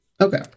Okay